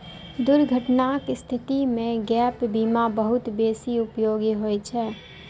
दुर्घटनाक स्थिति मे गैप बीमा बहुत बेसी उपयोगी होइ छै